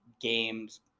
games